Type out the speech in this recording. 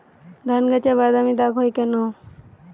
ধানগাছে বাদামী দাগ হয় কেন?